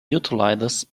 utilizes